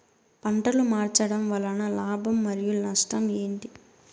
పంటలు మార్చడం వలన లాభం మరియు నష్టం ఏంటి